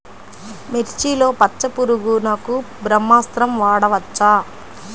మిర్చిలో పచ్చ పురుగునకు బ్రహ్మాస్త్రం వాడవచ్చా?